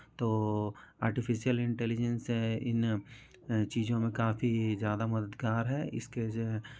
तो artificial intelligence है इन इन चीज़ों में काफी ज़्यादा मददगार है इसके जो है